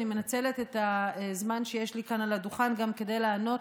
אני מנצלת את הזמן שיש לי כאן על הדוכן גם כדי לענות